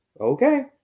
Okay